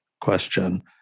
question